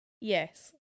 yes